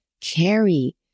carry